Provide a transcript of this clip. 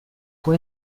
può